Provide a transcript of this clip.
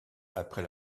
après